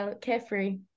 carefree